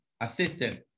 Assistant